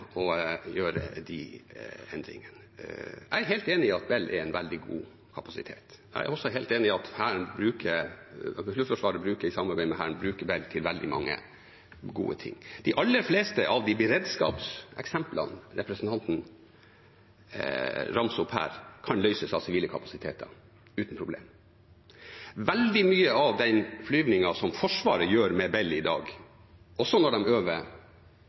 gjøre disse endringene, ble det sagt. Jeg er enig i at Bell er en veldig god kapasitet. Jeg er også helt enig i at Luftforsvaret, i samarbeid med Hæren, bruker Bell til veldig mange gode ting. De aller fleste av de beredskapseksemplene representanten ramser opp her, kan løses av sivile kapasiteter uten problemer. Veldig mye av den flygingen som Forsvaret gjør med Bell i dag, også når de øver